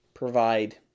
provide